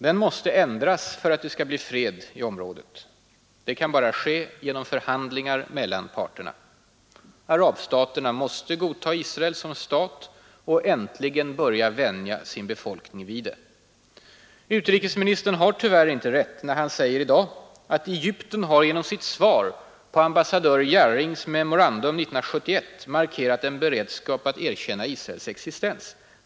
Den måste ändras för att det skall bli fred i området. Det kan bara ske genom förhandlingar mellan parterna. Arabstaterna måste godta Israel som stat och äntligen börja vänja sin befolkning vid det. Utrikesministern har tyvärr inte rätt när han i dag säger: ”Egypten har genom sitt svar på ambassadör Jarrings memorandum 1971 markerat en beredskap att erkänna Israels existens.